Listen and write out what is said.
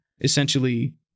Essentially